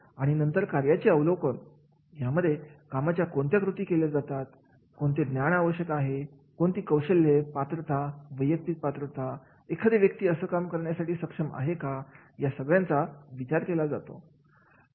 आणि नंतर कार्याचे अवलोकन यामध्ये कामाच्या कोणत्या कृती केल्या जातात कोणते ज्ञान आवश्यक आहे कोणती कौशल्ये पात्रता वैयक्तिक पात्रता एखाद्या व्यक्ती असं काम करण्यासाठी सक्षम आहे का या सगळ्यांचा विचार केला जातो